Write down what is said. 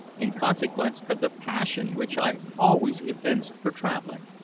in consequence of the passion which i always evinced for travelling.